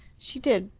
she did.